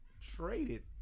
Traded